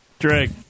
Drake